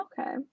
okay